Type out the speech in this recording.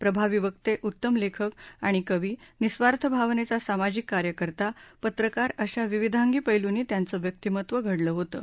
प्रभावी वक्तेए उत्तम लेखक आणि कवीए निस्वार्थ भावनेचा सामाजिक कार्यकर्ताए पत्रकार अशा विविधांगी पैलूंनी त्यांचं व्यक्तिमत्व घडलं होतं